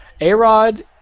A-Rod